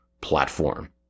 platform